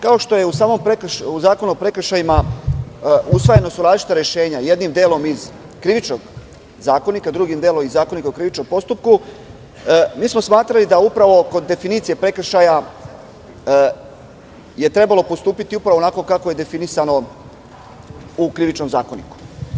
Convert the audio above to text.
Kao što su u samom Zakonu o prekršajima usvojena različita rešenja, jednim delim iz Krivičnog zakonika i drugim delom iz Zakonika o krivičnom postupku, smatrali smo da kod definicije prekršaja je trebalo postupiti onako kako je definisano u Krivičnom zakoniku.